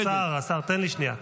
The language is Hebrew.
השר, תן לי שנייה.